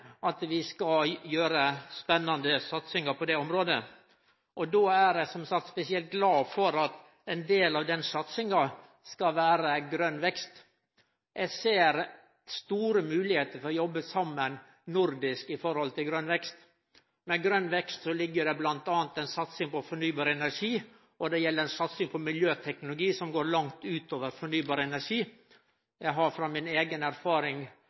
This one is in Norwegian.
spennande satsingar på det området. Eg er, som sagt, spesielt glad for at ein del av satsinga skal vere på grøn vekst. Eg ser store moglegheiter for å jobbe saman nordisk om grøn vekst. I grøn vekst ligg det bl.a. ei satsing på fornybar energi, og det er satsing på miljøteknologi som går langt utover fornybar energi. Eg har frå eiga erfaring